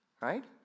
Right